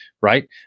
right